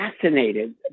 fascinated